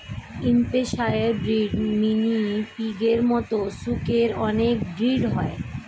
Hampshire breed, mini পিগের মতো শুকরের অনেক ব্রিড হয়